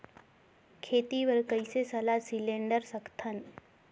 खेती बर कइसे सलाह सिलेंडर सकथन?